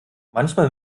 manchmal